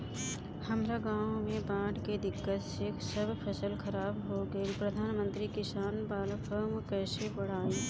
हमरा गांव मे बॉढ़ के दिक्कत से सब फसल खराब हो गईल प्रधानमंत्री किसान बाला फर्म कैसे भड़ाई?